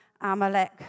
Amalek